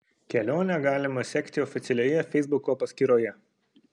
kelionę galima sekti oficialioje feisbuko paskyroje